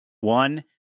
One